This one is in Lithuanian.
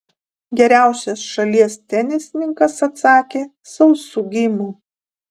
geriausias šalies tenisininkas atsakė sausu geimu